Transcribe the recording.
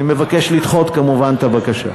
אני מבקש לדחות, כמובן, את הבקשה.